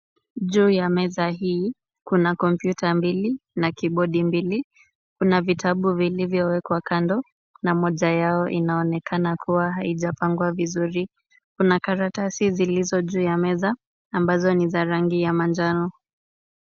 Juu ya meza hii, kuna kompyuta mbili na kibodi mbili na vitabu vilivyowekwa kando, na moja yao inaonekana kuwa haijapangwa vizuri. Kuna karatasi zilizo juu ya meza ambazo ni za rangi ya manjano.